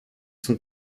sont